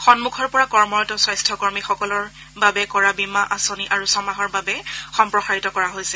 সন্মুখৰ পৰা কৰ্মৰত স্বাস্থ কৰ্মীসকলৰ বাবে কৰা বীমা আঁচনি আৰু ছমাহৰ বাবে সম্প্ৰসাৰিত কৰা হৈছে